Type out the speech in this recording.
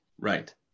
Right